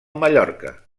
mallorca